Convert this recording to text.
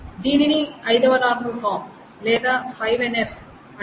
దీనిని 5వ normal form లేదా 5 NF అంటారు